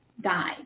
died